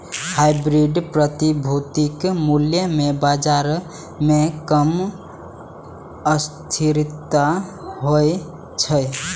hybrid प्रतिभूतिक मूल्य मे बाजार मे कम अस्थिरता होइ छै